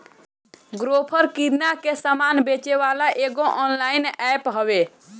Grofer किरणा के सामान बेचेवाला एगो ऑनलाइन एप्प हवे